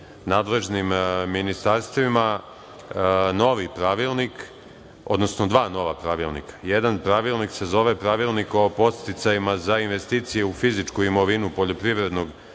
nadležnim ministarstvima dva nova pravilnika. Jedan pravilnik se zove Pravilnik o podsticajima za investicije u fizičku imovinu poljoprivrednog